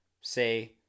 say